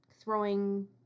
throwing